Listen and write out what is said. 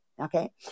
Okay